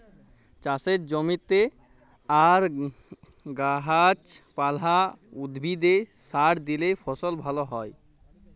চাষের জমিতে আর গাহাচ পালা, উদ্ভিদে সার দিইলে ফসল ভাল হ্যয়